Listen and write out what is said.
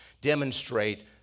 demonstrate